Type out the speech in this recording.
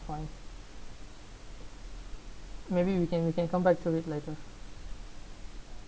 fine maybe we can can come back to it later